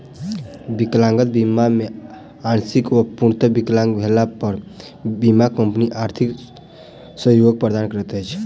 विकलांगता बीमा मे आंशिक वा पूर्णतः विकलांग भेला पर बीमा कम्पनी आर्थिक सहयोग प्रदान करैत छै